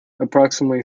approximately